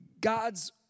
God's